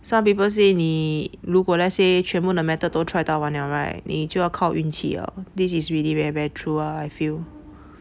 some people say 你如果 let's say 全部的 method 都 try 到完了 right 你就要靠运气了 this is really very very true ah I feel